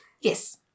yes